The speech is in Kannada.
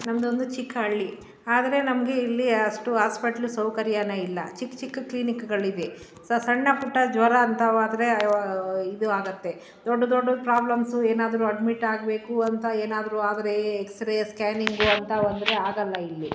ನಮ್ಮದೊಂದು ಚಿಕ್ಕ ಹಳ್ಳಿ ಆದರೆ ನಮಗೆ ಇಲ್ಲಿ ಅಷ್ಟು ಹಾಸ್ಪೆಟ್ಲ್ ಸೌಕರ್ಯನೇ ಇಲ್ಲ ಚಿಕ್ಕ ಚಿಕ್ಕ ಕ್ಲಿನಿಕ್ಗಳಿವೆ ಸೊ ಸಣ್ಣಪುಟ್ಟ ಜ್ವರ ಅಂಥವಾದ್ರೆ ಇದು ಆಗತ್ತೆ ದೊಡ್ಡ ದೊಡ್ಡ ಪ್ರಾಬ್ಲಮ್ಸು ಏನಾದರೂ ಅಡ್ಮಿಟ್ ಆಗಬೇಕು ಅಂತ ಏನಾದರೂ ಆದರೆ ಎಕ್ಸ್ ರೆ ಸ್ಕ್ಯಾನಿಂಗು ಅಂಥವಂದ್ರೆ ಆಗಲ್ಲ ಇಲ್ಲಿ